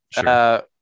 Sure